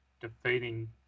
defeating